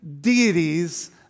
deities